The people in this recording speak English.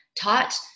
taught